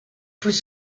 plus